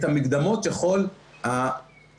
את המקדמות יכול המייצג,